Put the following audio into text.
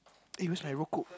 eh where's my rokok